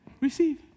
receive